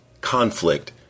Conflict